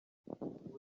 ubu